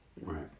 Right